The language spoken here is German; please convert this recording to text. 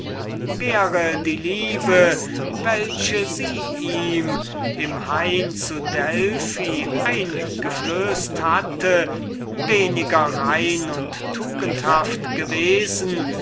wäre die liebe welche sie ihm in dem hain zu delphi eingeflößt hatte weniger platonisch gewesen